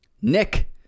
Nick